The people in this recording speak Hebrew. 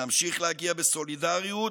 נמשיך להגיע, בסולידריות,